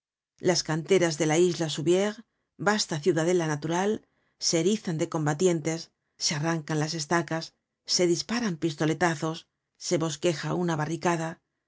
las canteras de la isla souviers vasta ciudadela natural se erizan de combatientes se arrancan las estacas se disparan pistoletazos se bosqueja una barricada los